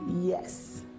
yes